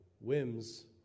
whims